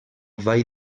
vall